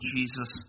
Jesus